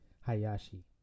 Hayashi